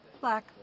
Black